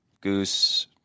goose